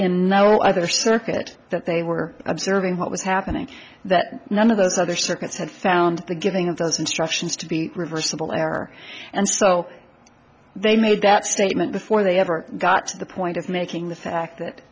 in no other circuit that they were observing what was happening that none of those other circuits had found the giving of those instructions to be reversible error and so they made that statement before they ever got to the point of making the fact that